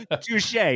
Touche